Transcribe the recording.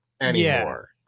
anymore